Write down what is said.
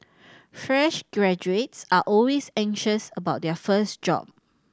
fresh graduates are always anxious about their first job